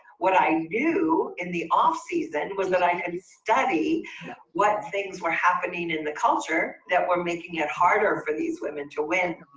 what i knew, in the off-season, was that i could study what things were happening in the culture that were making it harder for these women to win,